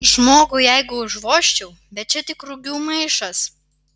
žmogui jeigu užvožčiau bet čia tik rugių maišas